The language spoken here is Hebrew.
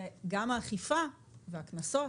וגם האכיפה והקנסות,